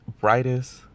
brightest